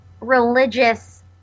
religious